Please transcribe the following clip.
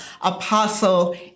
Apostle